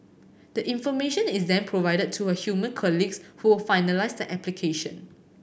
the information is then provided to her human colleagues who will finalise the application